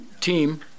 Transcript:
team